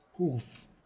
Oof